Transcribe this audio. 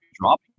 drop